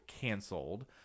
canceled